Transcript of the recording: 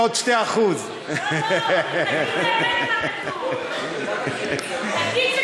flat 4% ועוד 2%. לא לא, תגיד באמת מה כתוב.